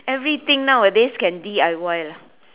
everything nowadays can d_i_y lah